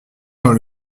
dans